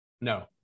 No